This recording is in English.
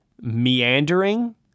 meandering